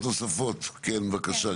אני מציע, מבקש,